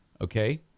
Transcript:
okay